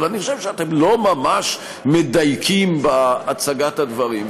אבל אני חושב שאתם לא ממש מדייקים בהצגת הדברים.